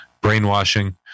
brainwashing